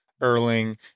Erling